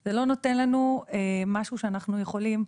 זה לא נותן לנו משהו שאנחנו יכולים